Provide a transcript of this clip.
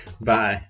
Bye